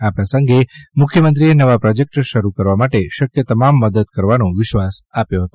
આ પ્રસંગે મુખ્યમંત્રીએ નવા પ્રોજેક્ટ શરૂ કરવા માટે શક્ય તમામ મદદ કરવાનો વિશ્વાસ આપ્યો હતો